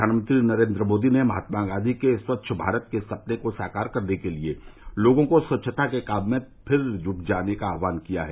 प्रधानमंत्री नरेन्द्र मोदी ने महात्मा गांधी के स्वच्छ भारत के सपने को साकार करने के लिए लोगों को स्वच्छता के काम में फिर जुट जाने का आवाह्न किया है